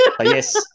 Yes